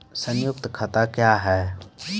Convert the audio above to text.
संयुक्त खाता क्या हैं?